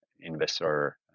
investor